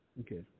Okay